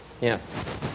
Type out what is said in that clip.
Yes